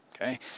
okay